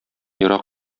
ерак